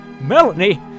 Melanie